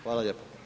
Hvala lijepo?